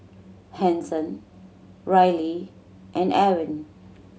Hanson Reilly and Ewin